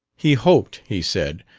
he hoped, he said,